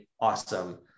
awesome